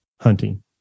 hunting